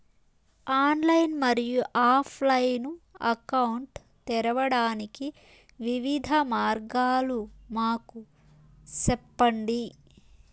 Online మరియు offline account తెరవడానికి వివిధ మార్గాలు మాకు సెప్పండి?